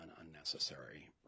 unnecessary